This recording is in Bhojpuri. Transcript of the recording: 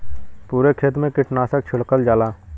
पुरे खेत मे कीटनाशक छिड़कल जाला